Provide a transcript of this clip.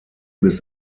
bis